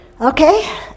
Okay